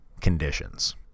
conditions